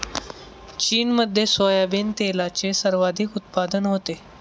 चीनमध्ये सोयाबीन तेलाचे सर्वाधिक उत्पादन होते